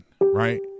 right